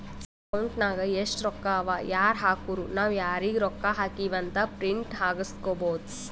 account ನಾಗ್ ಎಸ್ಟ್ ರೊಕ್ಕಾ ಅವಾ ಯಾರ್ ಹಾಕುರು ನಾವ್ ಯಾರಿಗ ರೊಕ್ಕಾ ಹಾಕಿವಿ ಅಂತ್ ಪ್ರಿಂಟ್ ಹಾಕುಸ್ಕೊಬೋದ